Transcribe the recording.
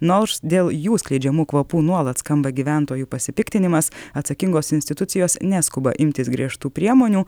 na už dėl jų skleidžiamų kvapų nuolat skamba gyventojų pasipiktinimas atsakingos institucijos neskuba imtis griežtų priemonių